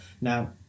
now